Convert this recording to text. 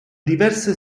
diverse